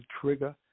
trigger